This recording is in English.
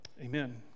Amen